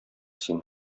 син